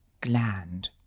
gland